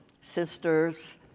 sisters